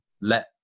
let